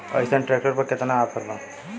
अइसन ट्रैक्टर पर केतना ऑफर बा?